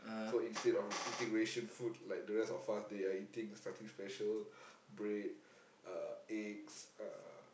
so instead of eating ration food like the rest of us they are eating something special bread uh eggs uh